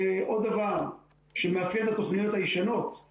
עוד דבר שמאפיין את התוכניות הישנות הוא